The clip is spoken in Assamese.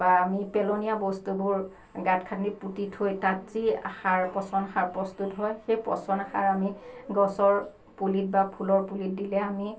বা আমি পেলনীয়া বস্তুবোৰ গাত খান্দি পুতি থৈ তাত যি সাৰ পচন সাৰ প্ৰস্তুত হয় সেই পচন সাৰ আমি গছৰ পুলিত বা ফুলৰ পুলিত দিলে আমি